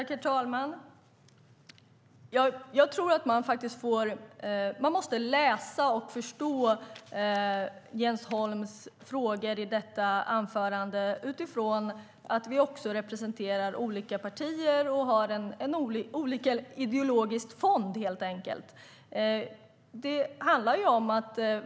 Herr talman! Jag tror att man måste förstå Jens Holms frågor i detta anförande utifrån att vi representerar olika partier med olika ideologisk fond.